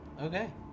Okay